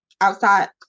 outside